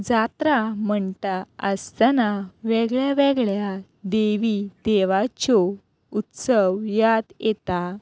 जात्रा म्हणटा आसतना वेगळ्या वेगळ्या देवी देवाच्यो उत्सव याद येता